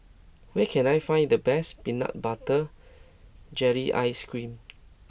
where can I find the best Peanut Butter Jelly Ice Cream